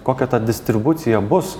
kokia ta distribucija bus